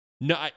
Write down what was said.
no